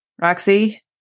Roxy